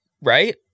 right